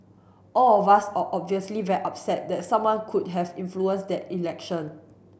all of us are obviously very upset that someone could have influenced the election